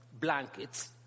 blankets